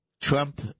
Trump